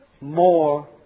more